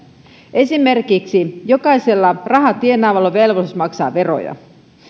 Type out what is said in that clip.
esimerkiksi jokaisella rahaa tienaavalla on velvollisuus maksaa veroja